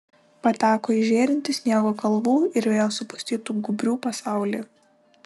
pateko į žėrintį sniego kalvų ir vėjo supustytų gūbrių pasaulį